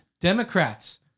Democrats